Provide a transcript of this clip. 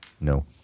No